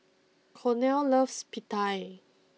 Cornel loves Pita